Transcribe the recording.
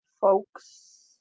folks